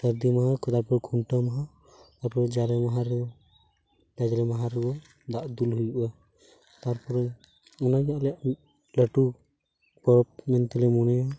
ᱥᱟᱹᱨᱫᱤ ᱢᱟᱦᱟ ᱛᱟᱯᱚᱨᱮ ᱠᱷᱱᱴᱟᱹᱣ ᱢᱟᱦᱟ ᱛᱟᱨᱯᱚᱨᱮ ᱡᱟᱞᱮ ᱢᱟᱦᱟ ᱨᱮᱫᱚ ᱡᱟᱡᱽᱞᱮ ᱢᱟᱦᱟ ᱨᱮᱫᱚ ᱫᱟᱜ ᱫᱩᱞ ᱦᱩᱭᱩᱜᱼᱟ ᱛᱟᱨᱯᱚᱨᱮ ᱚᱱᱟ ᱜᱮ ᱟᱞᱮᱭᱟᱜ ᱞᱟᱹᱴᱩ ᱯᱚᱨᱚᱵ ᱢᱮᱱᱛᱮᱞᱮ ᱢᱚᱱᱮᱭᱟ